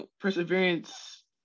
perseverance